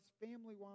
family-wise